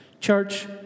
Church